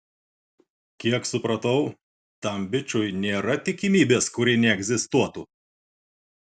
kiek supratau tam bičui nėra tikimybės kuri neegzistuotų